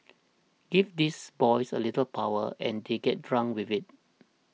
give these boys a little power and they get drunk with it